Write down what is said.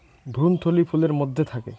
ভ্রূণথলি ফুলের মধ্যে থাকে